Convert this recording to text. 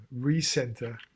recenter